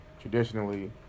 traditionally